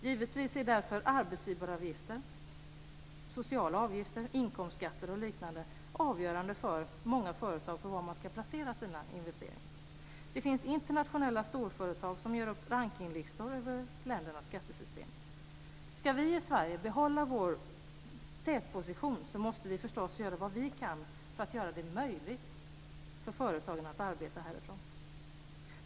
Givetvis är därför arbetsgivaravgifter, sociala avgifter, inkomstskatter och liknande avgörande för många företag när det gäller var de ska göra sina investeringar. Det finns internationella storföretag som gör upp rankningslistor över ländernas skattesystem. Ska vi i Sverige behålla vår tätposition, måste vi förstås göra vad vi kan för att göra det möjligt för företagen att arbeta härifrån.